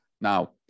Now